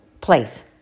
place